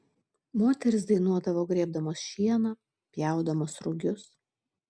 moterys dainuodavo grėbdamos šieną pjaudamos rugius